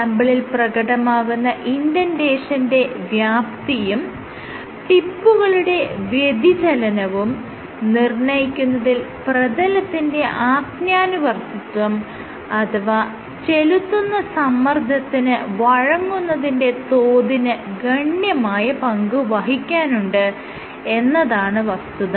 സാംപിളിൽ പ്രകടമാകുന്ന ഇൻഡന്റേഷന്റെ വ്യാപ്തിയും ടിപ്പുകളുടെ വ്യതിചലനവും നിർണ്ണയിക്കുന്നതിൽ പ്രതലത്തിന്റെ ആജ്ഞാനുവർത്തിത്വം അഥവാ ചെലുത്തപ്പെടുന്ന സമ്മർദ്ദത്തിന് വഴങ്ങുന്നതിന്റെ തോതിന് ഗണ്യമായ പങ്ക് വഹിക്കാനുണ്ട് എന്നതാണ് വസ്തുത